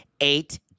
eight